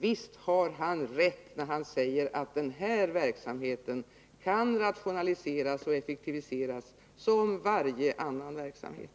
Visst har han rätt när han säger att den här verksamheten kan rationaliseras och effektiviseras som varje annan verksamhet.